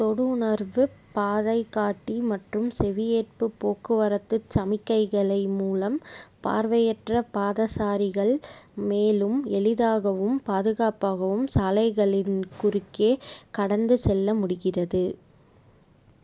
தொடு உணர்வுப் பாதைகாட்டி மற்றும் செவியேற்புப் போக்குவரத்துச் சமிக்கைகளை மூலம் பார்வையற்ற பாதசாரிகள் மேலும் எளிதாகவும் பாதுகாப்பாகவும் சாலைகளின் குறுக்கே கடந்துசெல்ல முடிகிறது